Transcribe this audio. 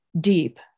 deep